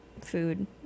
food